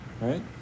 right